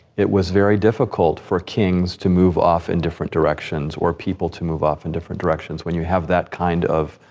it was very difficult for kings to move off in different directions, or people to move off in different directions, when you have that kind of,